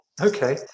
Okay